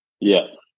Yes